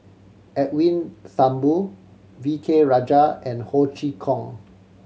Edwin Thumboo V K Rajah and Ho Chee Kong